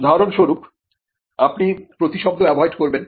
উদাহরণস্বরূপ আপনি প্রতিশব্দ অ্যাভয়েড করবেন